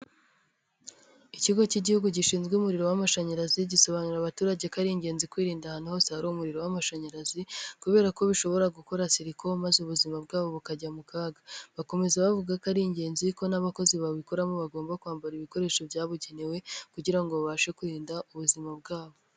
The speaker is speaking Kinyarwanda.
Ikigo cy'igihugu gishinzwe umuriro w'amashanyarazi gisobanurira abaturage ko ari ingenzi kwirinda ahantu hose hari umuriro w'amashanyarazi kubera ko bishobora gukora siliko maze ubuzima bwabo bukajya mu kaga, bakomeza bavuga ko ari ingenzi ko n'abakozi babikoramo bagomba kwambara ibikoresho byabugenewe kugira ngo babashe kurinda ubuzima bwabo.